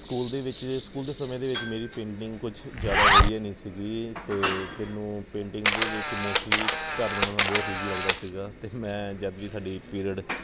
school ਦੇ ਵਿੱਚ school ਦੇ ਸਮੇਂ ਦੇ ਵਿੱਚ ਮੇਰੀ ਪੇਂਟਿੰਗ ਕੁਛ ਜ਼ਿਆਦਾ ਵਧੀਆ ਨਹੀਂ ਸੀਗੀ ਅਤੇ ਮੈਨੂੰ ਪੇਂਟਿੰਗ ਦੇ ਵਿੱਚ ਮੋਸਟਲੀ ਘਰ ਬਣਾਉਣਾ ਬਹੁਤ ਇਜ਼ੀ ਲੱਗਦਾ ਸੀਗਾ ਅਤੇ ਮੈਂ ਜਦ ਵੀ ਸਾਡੀ ਪੀਰੀਅਡ